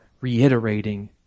reiterating